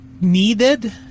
needed